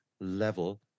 level